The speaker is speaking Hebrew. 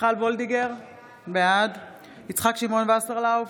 מיכל מרים וולדיגר, בעד יצחק שמעון וסרלאוף,